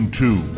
two